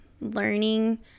learning